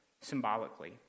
symbolically